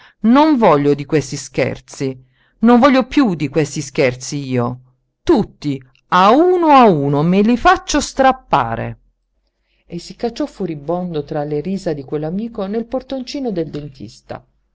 non voglio di questi scherzi non voglio piú di questi scherzi io tutti a uno a uno me li faccio strappare e si cacciò furibondo tra le risa di quell'amico nel portoncino del dentista